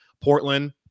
Portland